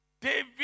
David